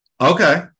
Okay